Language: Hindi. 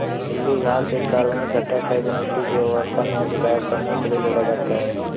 गीली घास एक कार्बनिक घटक है जो मिट्टी की उर्वरता में सुधार करने के लिए जोड़ा जाता है